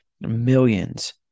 millions